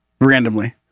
Randomly